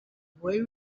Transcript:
boy